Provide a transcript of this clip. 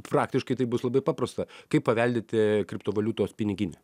praktiškai tai bus labai paprasta kaip paveldėti kriptovaliutos piniginę